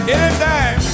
Anytime